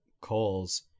calls